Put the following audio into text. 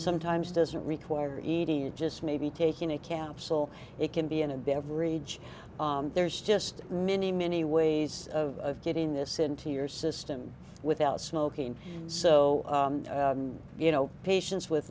sometimes doesn't require e t s just maybe taking a capsule it can be in a beverage there's just many many ways of getting this into your system without smoking so you know patients with